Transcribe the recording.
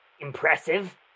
Impressive